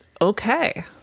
okay